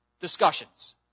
discussions